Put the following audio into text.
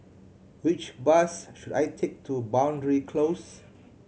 which bus should I take to Boundary Close